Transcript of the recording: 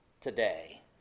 today